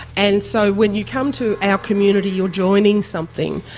and so when you come to our community you're joining something.